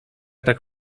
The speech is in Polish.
tak